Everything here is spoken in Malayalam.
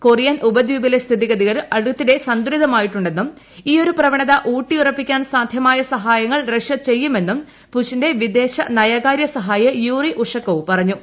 കൊറിയൻ ഉപദ്വീപിലെ സ്ഥിതിഗതികൾ ആടുത്തിടെ സന്തുലിതമായിട്ടുണ്ടെന്നും ഈയൊരു പ്രവണത ഊജട്ടിയുറപ്പിക്കാൻ സാധ്യമായ സഹായങ്ങൾ റഷ്യ ചെയ്യുമെന്നും പുച്ചിന്റെ വിദേശ നയകാര്യ സഹായി യൂറി ഉഷകോവ് പറഞ്ഞു